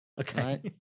Okay